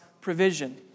provision